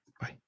Bye